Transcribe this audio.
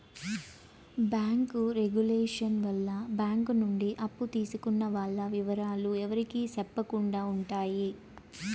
bank regulation వల్ల bank నుండి అప్పు తీసుకున్న వాల్ల ఇవరాలు ఎవరికి సెప్పకుండా ఉంటాయి